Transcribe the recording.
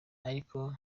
ariko